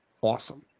awesome